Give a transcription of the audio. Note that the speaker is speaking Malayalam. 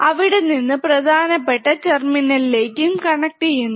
അവിടെനിന്ന് പ്രധാനപ്പെട്ട ടെർമിനലിലേക്കും കണക്ട് ചെയ്യുന്നത്